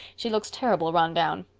she looks terrible run down.